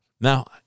Now